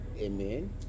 Amen